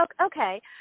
Okay